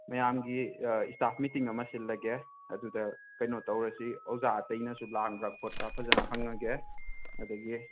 ꯃꯌꯥꯝꯒꯤ staff meeting ꯑꯃ ꯁꯤꯜꯂꯒꯦ ꯑꯗꯨꯗ ꯀꯩꯅꯣꯇꯧꯔꯁꯤ ꯑꯣꯖꯥ ꯑꯇꯩꯅꯁꯨ ꯂꯥꯡꯕ꯭ꯔꯥ ꯈꯣꯠꯄ꯭ꯔꯥ ꯐꯖꯅ ꯍꯪꯉꯒꯦ ꯑꯗꯒꯤ